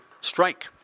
strike